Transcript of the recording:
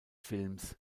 films